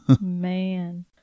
Man